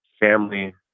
family